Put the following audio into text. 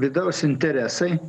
vidaus interesai